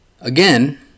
Again